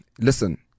Listen